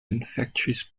infectious